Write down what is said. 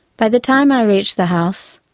by the time i reach the house,